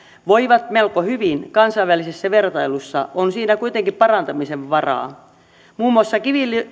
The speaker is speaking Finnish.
voivat melko hyvin kansainvälisessä vertailussa on siinä kuitenkin parantamisen varaa muun muassa